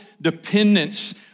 dependence